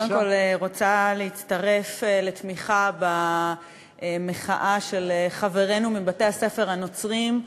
אני קודם כול רוצה להצטרף לתמיכה במחאה של חברינו מבתי-הספר הנוצריים.